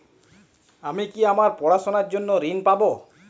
আমি কি আমার পড়াশোনার জন্য ঋণ পাব?